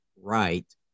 right